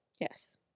yes